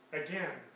again